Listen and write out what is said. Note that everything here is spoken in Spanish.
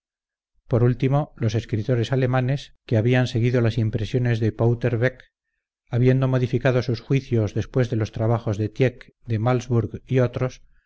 por último los escritores alemanes que habían seguido las impresiones de pouterweck habiendo modificado sus juicios después de los trabajos de tieck de malsburg y otros